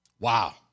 Wow